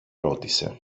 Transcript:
ρώτησε